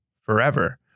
forever